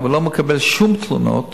ששם, אני לא מקבל שום תלונות